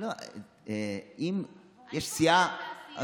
יש סיעה,